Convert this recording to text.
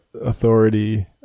authority